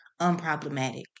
unproblematic